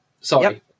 Sorry